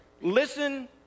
listen